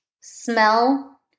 smell